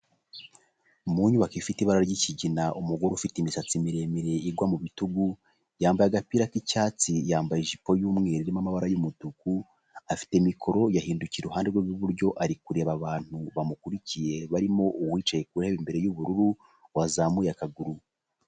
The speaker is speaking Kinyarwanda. Mu nyubako ifite ibara ry'ikigina, umugore ufite imisatsi miremire igwa mu bitugu. Yambaye agapira k'icyatsi, yambaye ijipo y'umweru irimo amabara y'umutuku, afite mikoro yahindutse iruhande rwe rw'iburyo, ari kureba abantu bamukurikiye barimo; uwicaye ku ntebe imbere y'ubururu, wazamuye akaguru.